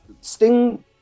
Sting